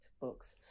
books